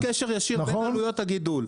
יש קשר ישיר בין עלויות הגידול.